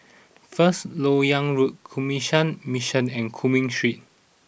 First Lok Yang Road Canossian Mission and Cumming Street